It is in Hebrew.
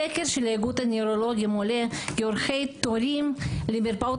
מסקר של איגוד הנוירולוגיה עולה כי אורך התורים למרפאות